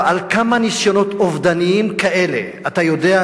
על כמה ניסיונות אובדניים כאלה אתה יודע,